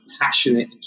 passionate